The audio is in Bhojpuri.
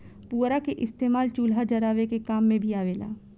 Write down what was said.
पुअरा के इस्तेमाल चूल्हा जरावे के काम मे भी आवेला